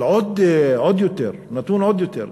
אבל עוד, עוד יותר, נתון עוד יותר גדול,